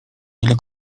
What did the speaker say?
ile